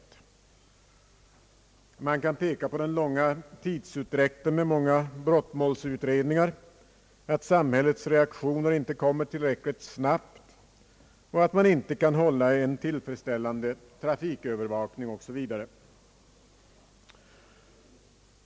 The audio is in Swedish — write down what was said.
Man kan också peka på den långa tidsutdräkten vid många brottmålsutredningar, att samhällets reaktion inte kommer tillräckligt snabbt, att det inte kan hållas en tillfredsställande trafikövervakning OSV.